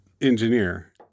engineer